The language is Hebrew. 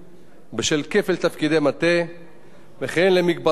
וכן למגבלות בניוד כוח-אדם איכותי בין האיגודים.